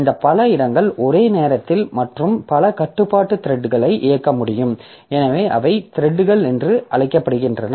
இந்த பல இடங்கள் ஒரே நேரத்தில் மற்றும் பல கட்டுப்பாட்டு த்ரெட்களை இயக்க முடியும் எனவே அவை த்ரெட்கள் என்று அழைக்கப்படுகின்றன